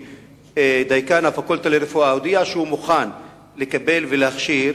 דיקן הפקולטה לרפואה הודיע שהוא מוכן לקבל ולהכשיר,